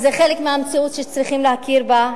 וזה חלק מהמציאות שצריך להכיר בה,